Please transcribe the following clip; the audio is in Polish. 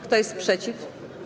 Kto jest przeciw?